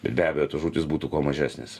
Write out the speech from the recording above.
ir be abejo tos žūtys būtų kuo mažesnės